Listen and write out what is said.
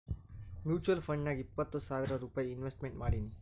mutual ಫಂಡ್ನಾಗ್ ಇಪ್ಪತ್ತು ಸಾವಿರ್ ರೂಪೈ ಇನ್ವೆಸ್ಟ್ಮೆಂಟ್ ಮಾಡೀನಿ